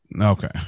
Okay